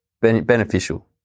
beneficial